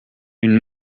une